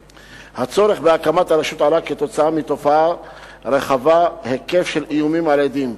הצורך בהקמת הרשות עלה עקב תופעה רחבת היקף של איומים על עדים.